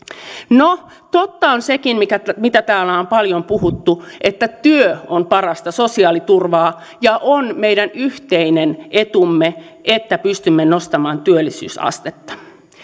no totta on sekin mitä täällä on paljon puhuttu että työ on parasta sosiaaliturvaa ja on meidän yhteinen etumme että pystymme nostamaan työllisyysastetta